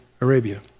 Arabia